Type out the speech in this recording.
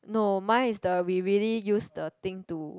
no my is the we really use the thing to